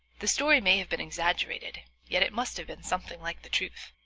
the story may have been exaggerated, yet it must have been something like the truth.